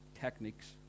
techniques